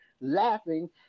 laughing